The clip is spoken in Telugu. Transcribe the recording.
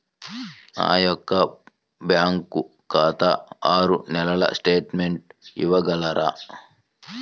నా యొక్క బ్యాంకు ఖాతా ఆరు నెలల స్టేట్మెంట్ ఇవ్వగలరా?